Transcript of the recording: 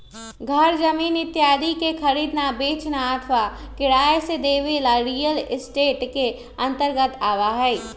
घर जमीन इत्यादि के खरीदना, बेचना अथवा किराया से देवे ला रियल एस्टेट के अंतर्गत आवा हई